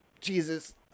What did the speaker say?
Jesus